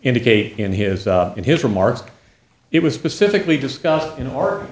indicate in his in his remarks it was specifically discussed